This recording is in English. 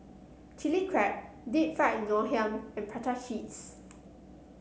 Chilli Crab Deep Fried Ngoh Hiang and Prata Cheese